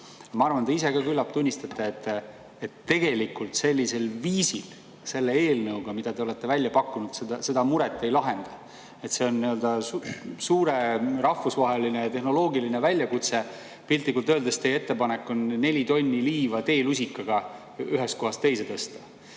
ma arvan, et küllap te ise ka tunnistate, et tegelikult sellisel viisil, selle eelnõuga, mille te olete välja pakkunud, seda muret ei lahenda. See on suur rahvusvaheline tehnoloogiline väljakutse. Piltlikult öeldes on teie ettepanek tõsta neli tonni liiva teelusikaga ühest kohast teise.